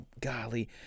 Golly